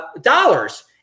dollars